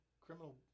criminal